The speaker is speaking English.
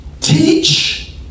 Teach